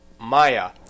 Maya